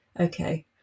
okay